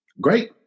Great